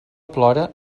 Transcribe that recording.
plora